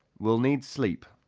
we'll need sleep.